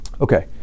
Okay